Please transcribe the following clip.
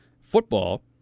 football